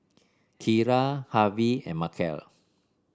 Kira Harvie and Markell